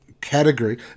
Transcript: category